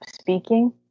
speaking